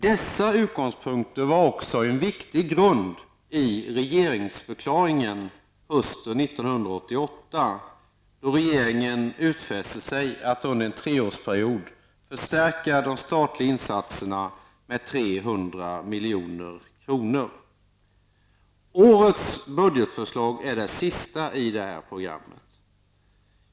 Dessa utgångspunkter var också en viktig grund i regeringsförklaringen hösten 1988, då regeringen utfäste sig att under en treårsperiod förstärka de statliga insatserna med 300 miljoner. Årets budgetförslag är det sista i det programmet.